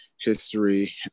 history